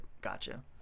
gotcha